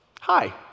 hi